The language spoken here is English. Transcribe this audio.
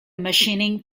machining